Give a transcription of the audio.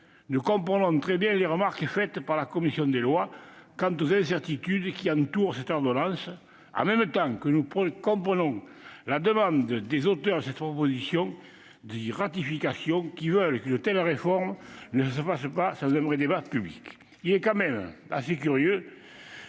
nous comprenons très bien les remarques de la commission des lois quant aux incertitudes qui entourent cette ordonnance. Nous comprenons également la demande des auteurs de cette proposition de loi, qui veulent qu'une telle réforme ne se fasse pas sans un vrai débat public. Il reste toutefois assez curieux